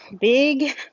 Big